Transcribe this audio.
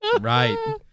Right